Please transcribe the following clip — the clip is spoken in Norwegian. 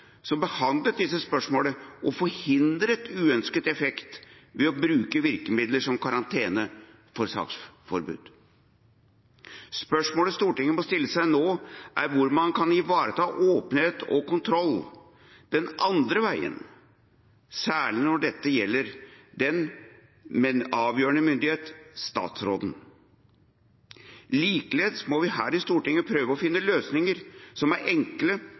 som behandlet disse spørsmålene og forhindret uønskede effekter ved å bruke virkemidler som karantene og saksforbud. Spørsmålet som Stortinget må stille seg nå, er hvordan man kan ivareta åpenhet og kontroll den andre veien, særlig når dette gjelder den med avgjørende myndighet: statsråden. Likeledes må vi her i Stortinget prøve å finne løsninger som er enkle